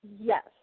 Yes